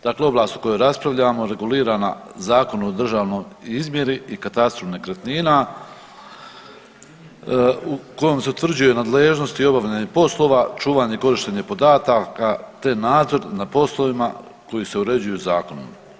Dakle oglasu o kojem raspravljamo regulirana Zakon o državnoj izmjeri i katastru nekretnina u kojem se utvrđuje nadležnost i obavljanje poslova, čuvanje i korištenje podataka, te nadzor na poslovima koji se uređuju zakonom.